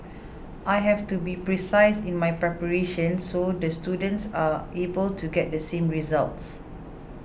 I have to be precise in my preparations so the students are able to get the same results